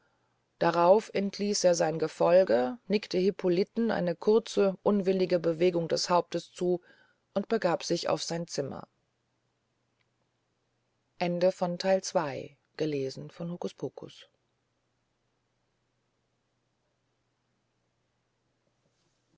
darauf entließ er sein gefolge nickte hippoliten eine kurze unwillige bewegung des hauptes zu und begab sich auf sein zimmer